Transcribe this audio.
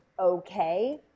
okay